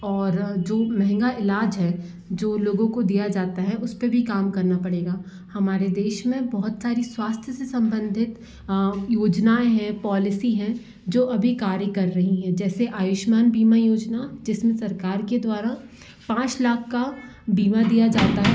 और जो महँगा इलाज है जो लोगों को दिया जाता है उस पे भी काम करना पड़ेगा हमारे देश में बहुत सारी स्वास्थ्य से संबंधित योजनाऍं हैं पॉलिसी हैं जो अभी कार्य कर रही हैं जैसे आयुष्मान बीमा योजना जिसमें सरकार के द्वारा पाँच लाख का बीमा दिया जाता है